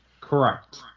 Correct